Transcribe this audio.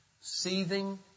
seething